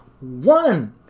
one